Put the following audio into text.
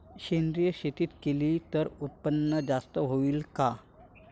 सेंद्रिय शेती केली त उत्पन्न जास्त होईन का?